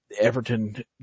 Everton